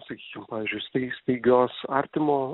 sakykim pavyzdžiui stai staigios artimo